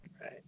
Right